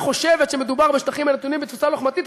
חושבת שמדובר בשטחים הנתונים בתפיסה לוחמתית,